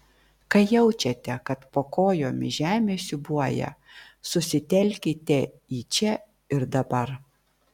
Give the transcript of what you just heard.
kai jaučiate kad po kojomis žemė siūbuoja susitelkite į čia ir dabar